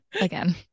again